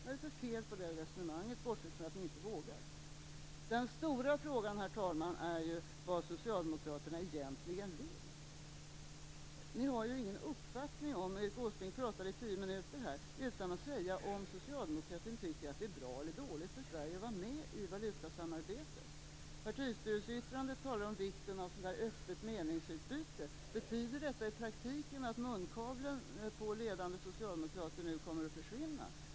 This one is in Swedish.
Vad är det för fel på det resonemanget, bortsett från att ni inte vågar? Den stora frågan, herr talman, är vad Socialdemokraterna egentligen vill. Ni har ju ingen uppfattning. Erik Åsbrink talade tio minuter här utan att säga om man inom socialdemokratin tycker att det är bra eller dåligt för Sverige att vara med i valutasamarbetet. I partistyrelseyttrandet talar man om vikten av öppet meningsutbyte. Betyder detta i praktiken att munkavle på ledande socialdemokrater nu kommer att försvinna?